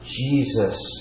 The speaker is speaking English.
Jesus